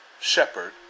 shepherd